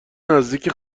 نزدیک